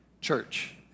church